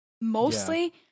mostly